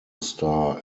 star